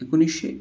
एकोणीशे